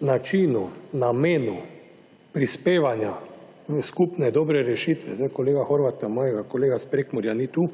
načinu, namenu prispevanja v skupne dobre rešitve, zdaj kolega Horvatha, mojega kolega s Prekmurja ni tu,